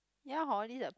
ya hor these are